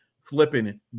flipping